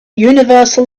universal